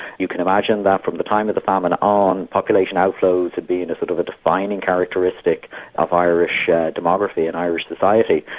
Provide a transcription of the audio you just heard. you can imagine that from the time of the famine on population outflows been and a sort of a defining characteristic of irish ah demography and irish society.